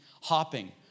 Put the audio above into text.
hopping